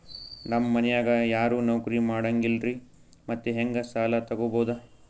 ನಮ್ ಮನ್ಯಾಗ ಯಾರೂ ನೌಕ್ರಿ ಮಾಡಂಗಿಲ್ಲ್ರಿ ಮತ್ತೆಹೆಂಗ ಸಾಲಾ ತೊಗೊಬೌದು?